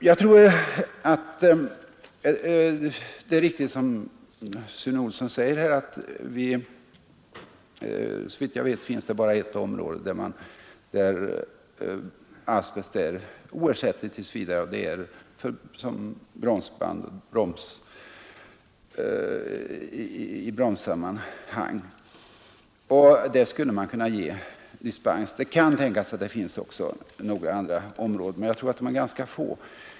Det är riktigt som Sune Olsson säger här, att det såvitt vi vet bara finns ett område där asbest tills vidare är oersättligt, och det är i bromssammanhang. Där skulle man kunna ge dispens. Det kan tänkas att det finns också några andra områden, men jag tror att de är ganska få.